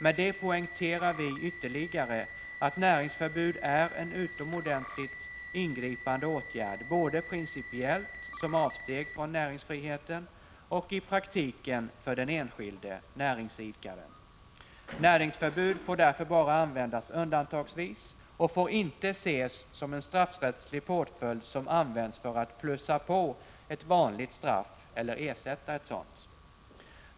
Med det poängterar vi ytterligare att näringsförbud är en utomordentligt ingripande åtgärd, både principiellt, som avsteg från näringsfriheten, och i praktiken, för den enskilde näringsidkaren. Näringsförbud får därför bara användas undantagsvis och får inte ses som en straffrättslig påföljd som används för att ”plussa på” ett vanligt straff eller ersätta ett sådant.